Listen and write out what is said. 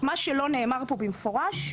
שלא נאמר פה במפורש,